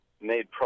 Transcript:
made